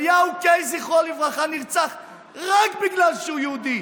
אליהו קיי, זכרו לברכה, נרצח רק בגלל שהוא יהודי.